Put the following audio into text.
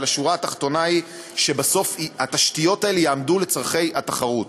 אבל השורה התחתונה היא שבסוף התשתיות האלה יעמדו בצורכי התחרות,